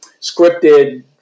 scripted